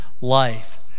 life